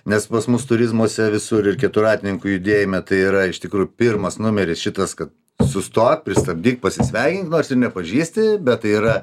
nes pas mus turizmuose visur ir keturratininkų judėjime tai yra iš tikrųjų pirmas numeris šitas kad sustok pristabdyk pasisveikink nors ir nepažįsti bet tai yra